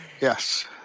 Yes